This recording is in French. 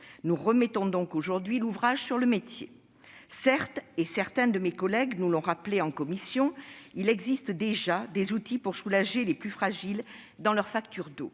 Nous remettons donc aujourd'hui l'ouvrage sur le métier. Certes, et certains de mes collègues nous l'ont rappelé en commission, il existe déjà des outils pour aider les plus fragiles à payer leur facture d'eau.